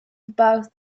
about